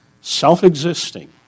self-existing